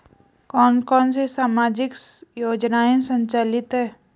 कौन कौनसी सामाजिक योजनाएँ संचालित है?